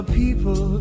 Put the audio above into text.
people